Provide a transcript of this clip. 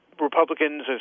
Republicans